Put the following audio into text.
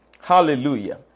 Hallelujah